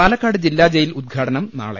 പാലക്കാട് ജില്ലാ ജയിൽ ഉദ്ഘാടനം നാളെ